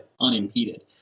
unimpeded